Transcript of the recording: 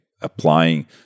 applying